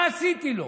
מה עשיתי לו?